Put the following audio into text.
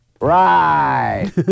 Right